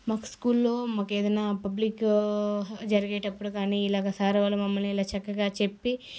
మాకు స్కూల్లో మాకు ఏదైనా పబ్లిక్ జరిగేటప్పుడు కాని ఇలాగ సార్ వాళ్ళు మమ్మల్ని ఇలా చక్కగా చెప్పి